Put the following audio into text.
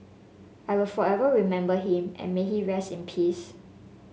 I will forever remember him and may he rest in peace